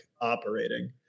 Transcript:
operating